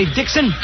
Dixon